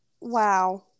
wow